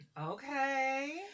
Okay